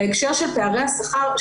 בהקשר של פערי השכר,